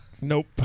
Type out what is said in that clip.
Nope